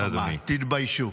תתביישו.